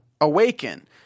awaken